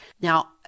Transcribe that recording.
Now